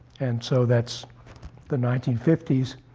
and so that's the nineteen fifty s.